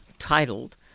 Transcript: titled